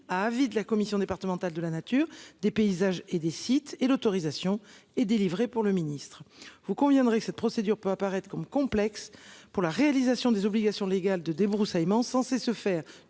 à avis de la commission départementale de la nature des paysages et des sites et l'autorisation est délivrée pour le ministre, vous conviendrez que cette procédure peut apparaître comme complexe pour la réalisation des obligations légales de débroussaillement, censé se faire